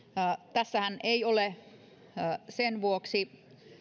tässähän ei ole sen vuoksi